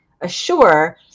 assure